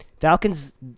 Falcons